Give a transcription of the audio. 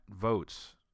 votes